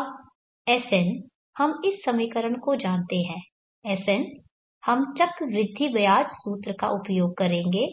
अब Sn हम इस समीकरण को जानते हैं Sn हम चक्रवृद्धि ब्याज सूत्र का उपयोग करेंगे